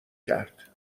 کرد